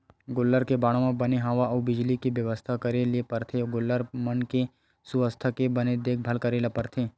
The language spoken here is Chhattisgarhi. गोल्लर के बाड़ा म बने हवा अउ बिजली के बेवस्था करे ल परथे गोल्लर मन के सुवास्थ के बने देखभाल करे ल परथे